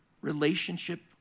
relationship